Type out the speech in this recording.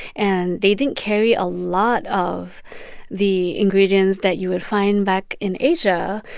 and they didn't carry a lot of the ingredients that you would find back in asia.